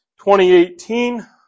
2018